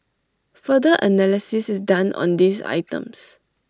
further analysis is done on these items